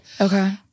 okay